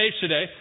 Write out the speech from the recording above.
today